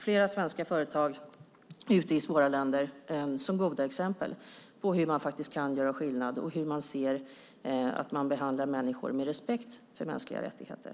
Flera svenska företag i svåra länder är goda exempel på hur man kan göra skillnad och hur man behandlar människor med respekt för mänskliga rättigheter.